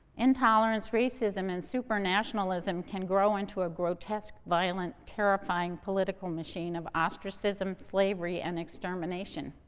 intolerance, racism and super-nationalism can grow into a grotesque, violent, terrifying political machine of ostracism, slavery and extermination.